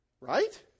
right